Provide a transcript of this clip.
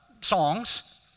songs